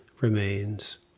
remains